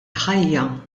ħajja